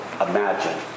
imagine